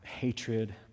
hatred